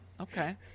Okay